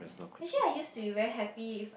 actually I used to be very happy